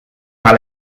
par